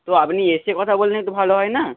তো আপনি এসে কথা বললে একটু ভালো হয় না